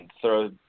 throw